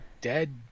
dead